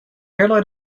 airline